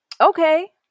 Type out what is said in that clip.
Okay